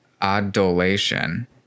Adulation